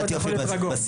אתה יכול להיות רגוע.